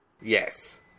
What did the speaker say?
Yes